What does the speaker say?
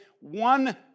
One